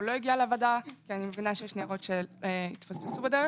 לא כי אני מבינה שיש ניירות שלא הגיעו.